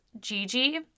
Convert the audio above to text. Gigi